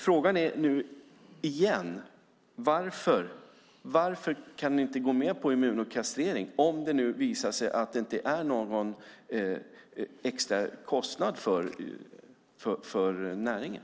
Frågan är igen: Varför kan ni inte gå med på immunokastreringen, om det visar sig att det inte är någon extra kostnad för näringen?